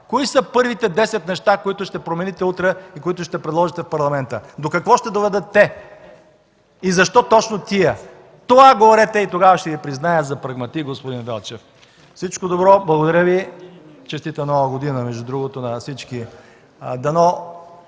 Кои ще са първите десет неща, които ще промените утре и ще предложите в парламента?! До какво ще доведат те и защо точно тези?! На това отговорете и тогава ще Ви призная за прагматик, господин Велчев. Всичко добро! Благодаря Ви. Честита Нова година, между другото, на всички! Дано